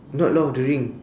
not lord of the ring